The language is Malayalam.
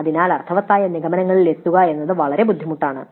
അതിനാൽ അർത്ഥവത്തായ നിഗമനങ്ങളിൽ എത്തുക എന്നത് വളരെ ബുദ്ധിമുട്ടാണ്